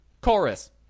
chorus